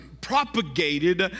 propagated